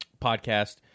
podcast